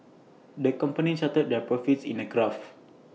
the company charted their profits in A graph